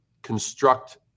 Construct